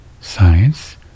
science